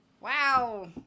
wow